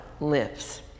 lives